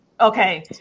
Okay